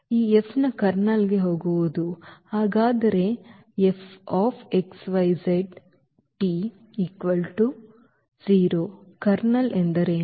ಈಗ F ನ ಕರ್ನಲ್ಗೆ ಹೋಗುವುದು ಹಾಗಾದರೆ F F x y z t 0 ನ ಕರ್ನಲ್ ಎಂದರೇನು